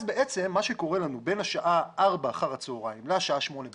מה שקורה לנו בין השעה 4:00 אחר הצוהריים לשעה 8:00 בערב,